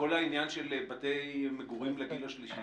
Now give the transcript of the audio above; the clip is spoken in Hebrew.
כל העניין של בתי מגורים לגיל השלישי